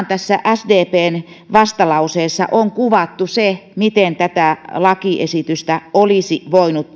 tässä sdpn vastalauseessa on kuvattu se miten tätä lakiesitystä olisi voinut